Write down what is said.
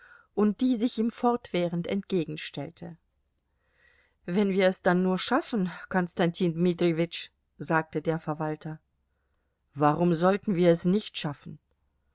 und die sich ihm fortwährend entgegenstellte wenn wir es dann nur schaffen konstantin dmitrijewitsch sagte der verwalter warum sollten wir es nicht schaffen